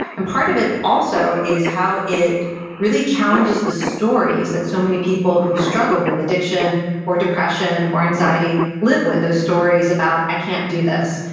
and part of it also is how it really challenges the stories that so many people who've struggled with addiction or depression or anxiety live with, those stories about i can't do this,